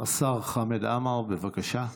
השר חמד עמאר, בבקשה.